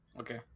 Okay